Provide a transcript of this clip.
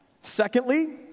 Secondly